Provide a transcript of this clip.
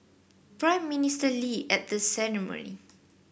Prime Minister Lee at the ceremony